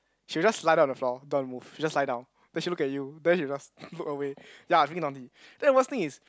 she will just lie down on the floor don't want to move she just lie down then she look at you then you just look away ya freaking naughty then the worst thing is